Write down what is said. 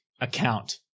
account